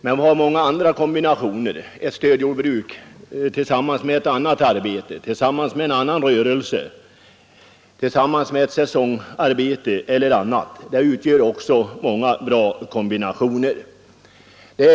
Vi har också många andra kombinationer som är bra: ett stödjordbruk tillsammans med ett annat arbete, tillsammans med en annan rörelse, tillsammans med ett säsongarbete e. d.